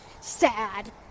sad